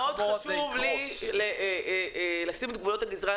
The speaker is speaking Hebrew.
חשוב לי מאוד להציג את גבולות הגזרה.